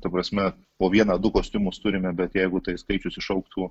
ta prasme po vieną du kostiumus turime bet jeigu tai skaičius išaugtų